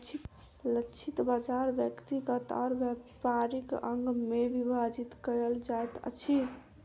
लक्षित बाजार व्यक्तिगत और व्यापारिक अंग में विभाजित कयल जाइत अछि